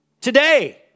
today